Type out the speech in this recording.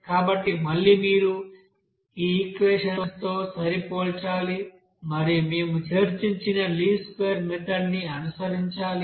కాబట్టి మళ్లీ మీరు ఈ ఈక్వెషన్తో సరిపోల్చాలి మరియు మేము చర్చించిన లీస్ట్ స్క్వేర్ మెథడ్ ని అనుసరించాలి